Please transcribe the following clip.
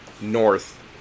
north